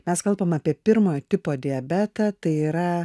mes kalbam apie pirmojo tipo diabetą tai yra